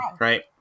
right